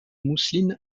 mousseline